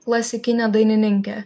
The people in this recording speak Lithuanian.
klasikine dainininke